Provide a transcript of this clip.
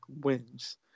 wins